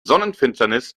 sonnenfinsternis